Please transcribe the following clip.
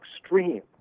extreme